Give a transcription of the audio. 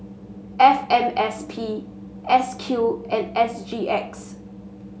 F M S P S Q and S G X